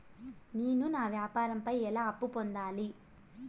నేను నా వ్యాపారం పై ఎలా అప్పు పొందాలి?